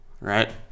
right